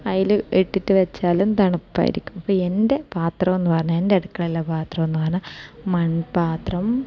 അതിൽ ഇട്ടിട്ട് വെച്ചാലും തണുപ്പായിരിക്കും അപ്പോൾ എൻ്റെ പാത്രമെന്ന് പറഞ്ഞാൽ എൻ്റെ അടുക്കളയിലെ പാത്രമെന്ന് പറഞ്ഞാൽ മൺപാത്രം